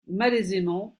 malaisément